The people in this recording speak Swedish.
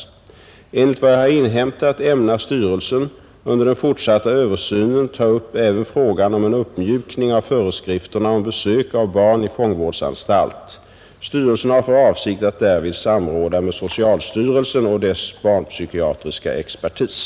Enligt — 9/1 mottaga besö vad jag har inhämtat ämnar styrelsen under den fortsatta översynen ta upp även frågan om en uppmjukning av föreskrifterna om besök av barn i fångvårdsanstalt. Styrelsen har för avsikt att därvid samråda med socialstyrelsen och dess barnpsykiatriska expertis.